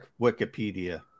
Wikipedia